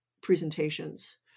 presentations